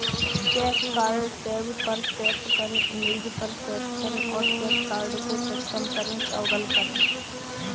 cash card tab पर tap करें, image पर टैप करें और कैश कार्ड को सक्षम करें टॉगल करें